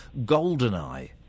GoldenEye